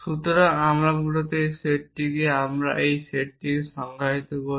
সুতরাং মূলত একটি সেটকে আমরা একটি সেটকে সংজ্ঞায়িত করি